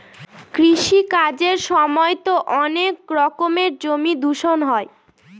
কৃষি কাজের সময়তো অনেক রকমের জমি দূষণ হয়